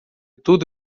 tudo